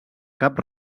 cap